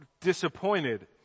disappointed